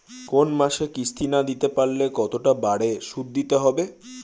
কোন মাসে কিস্তি না দিতে পারলে কতটা বাড়ে সুদ দিতে হবে?